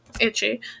Itchy